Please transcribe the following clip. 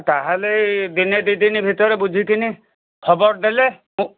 ତା'ହେଲେ ଦିନେ ଦୁଇ ଦିନ ଭିତରେ ବୁଝିକିନି ଖବର ଦେଲେ ମୁଁ